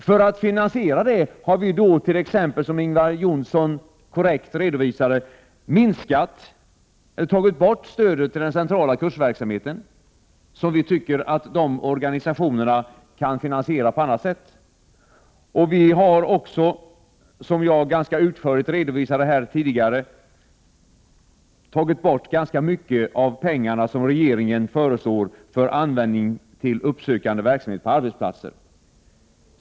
För att finansiera detta har vi t.ex., som Ingvar Johnsson korrekt redovisade, föreslagit att stödet till den centrala kursverksamheten skall tas bort, eftersom vi anser att organisationerna kan finansiera denna verksamhet på annat sätt. Och som jag ganska utförligt redovisade tidigare har vi föreslagit att man skall minska på de anslag som regeringen föreslår till uppsökande verksamhet på arbetsplatserna.